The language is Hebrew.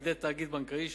בידי תאגיד בנקאי,